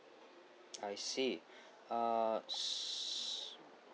I see uh s~